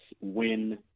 win